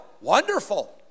Wonderful